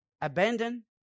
Abandon